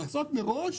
צריך לעשות מראש.